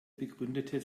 begründete